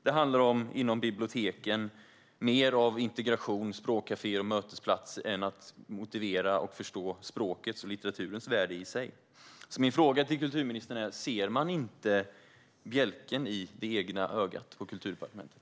Det handlar inom biblioteken om mer av integration, språkkaféer och mötesplatser än att motivera och förstå språkets och litteraturens värde i sig. Min fråga till kulturministern är: Ser man inte bjälken i det egna ögat på Kulturdepartementet?